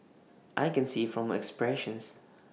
I can see from her expressions